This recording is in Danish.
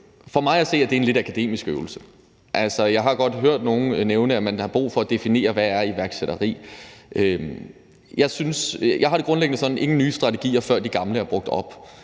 For mig at se er det en lidt akademisk øvelse. Altså, jeg har godt hørt nogle nævne, at man har brug for at definere, hvad iværksætteri er. Jeg har det grundlæggende sådan her: Ingen nye strategier, før de gamle er brugt op.